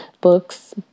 books